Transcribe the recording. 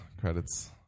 credits